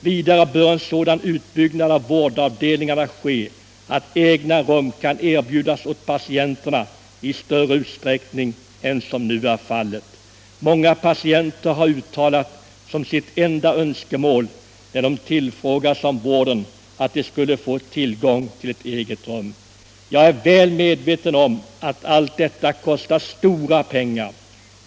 Vidare bör vårdavdelningarna byggas ut så att egna rum kan erbjudas patienterna i större utsträckning än som nu är fallet. Många patienter har uttalat som sitt enda önskemål, när de tillfrågats om vården, att de skulle få tillgång till eget rum. Jag är väl medveten om att alit detta kostar stora pengar.